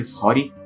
sorry